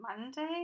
Monday